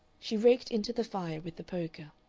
she raked into the fire with the poker.